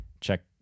check